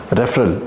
referral